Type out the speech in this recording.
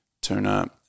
Tuna